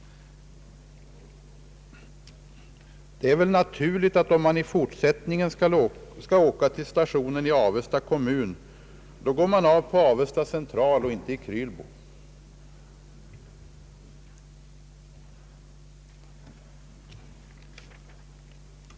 Det är väl naturligt att om man i fortsättningen skall åka till Avesta kommun, då går man av tåget på Avesta central och inte i Krylbo.